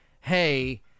hey